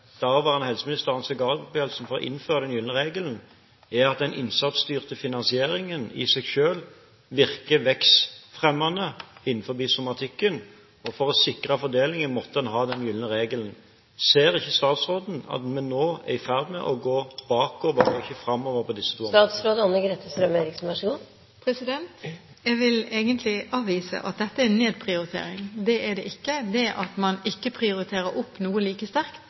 for å innføre den gylne regelen var at den innsatsstyrte finansieringen i seg selv virker vekstfremmende innen somatikken, og for å sikre fordelingen måtte en ha den gylne regelen. Ser ikke statsråden at vi nå er i ferd med å gå bakover og ikke framover på disse to områdene? Jeg vil egentlig avvise at dette er en nedprioritering. Det er det ikke. Det at man ikke prioriterer opp noe annet like sterkt,